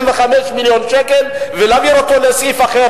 מיליון השקל ולהעביר אותם לסעיף אחר,